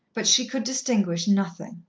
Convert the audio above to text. but she could distinguish nothing.